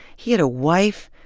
he had a wife.